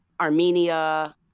Armenia